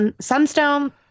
Sunstone